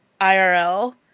IRL